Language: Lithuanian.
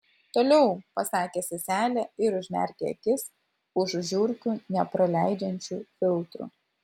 toliau pasakė seselė ir užmerkė akis už žiurkių nepraleidžiančių filtrų